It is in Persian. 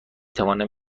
توانم